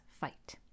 fight